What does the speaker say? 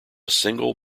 single